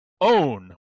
own